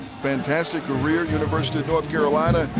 fantastic career, university of north carolina,